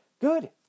Good